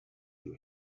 you